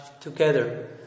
together